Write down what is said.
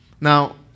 Now